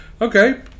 okay